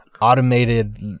automated